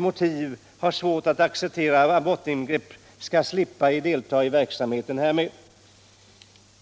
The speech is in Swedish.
motiv har svårt att acceptera abortingrepp, skall slippa delta i verksamheten härmed”.